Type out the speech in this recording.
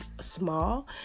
small